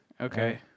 Okay